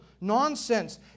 nonsense